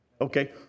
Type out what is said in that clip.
Okay